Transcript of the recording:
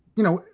you know,